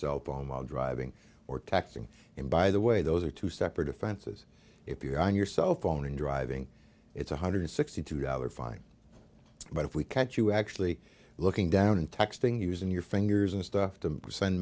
cell phone while driving or texting and by the way those are two separate offenses if you're on your cell phone and driving it's one hundred sixty two dollars fine but if we catch you actually looking down and texting using your fingers and stuff to send